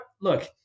look